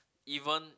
even